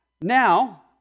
now